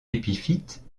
épiphyte